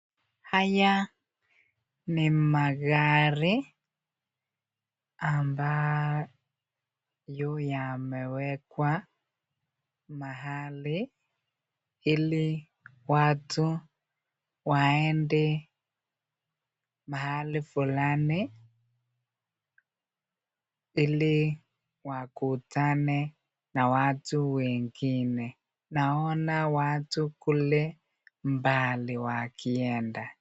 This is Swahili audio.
Haya ni magari ambayo yamewekwa mahali ili watu waende mahali fulani ili wakutane na watu wengine. Naona watu kule mbali wakienda.